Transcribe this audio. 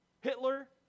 Hitler